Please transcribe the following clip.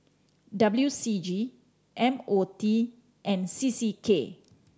W C G M O T and C C K